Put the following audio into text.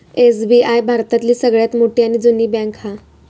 SBI भारतातली सगळ्यात मोठी आणि जुनी बॅन्क हा